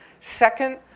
Second